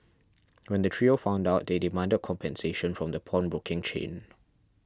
when the trio found out they demanded compensation from the pawnbroking chain